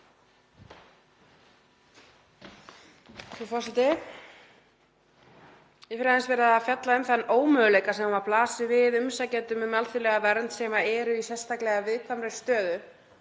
Frú forseti. Ég hef aðeins verið að fjalla um þann ómöguleika sem blasir við umsækjendum um alþjóðlega vernd sem eru í sérstaklega viðkvæmri stöðu